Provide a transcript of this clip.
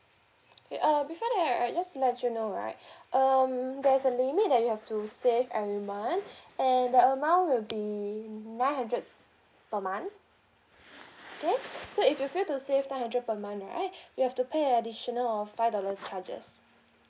okay uh okay before that right just to let you know right um there's a limit that you have to save every month and the amount will be nine hundred per month okay so if you fail to save nine hundred per month right you have to pay a additional of five dollar charges